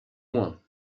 moins